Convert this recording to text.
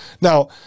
Now